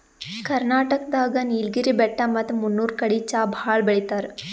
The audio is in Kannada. ಕರ್ನಾಟಕ್ ದಾಗ್ ನೀಲ್ಗಿರಿ ಬೆಟ್ಟ ಮತ್ತ್ ಮುನ್ನೂರ್ ಕಡಿ ಚಾ ಭಾಳ್ ಬೆಳಿತಾರ್